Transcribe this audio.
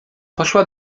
poszła